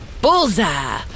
Bullseye